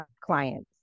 clients